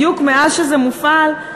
בדיוק מאז זה מופעל,